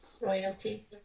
royalty